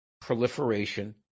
proliferation